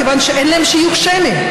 כיוון שאין להם שיוך שמי.